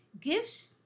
gives